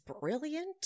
brilliant